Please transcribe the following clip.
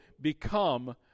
become